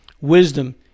wisdom